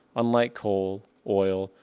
unlike coal, oil,